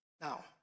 Now